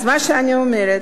אז מה שאני אומרת: